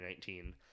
2019